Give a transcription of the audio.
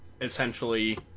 essentially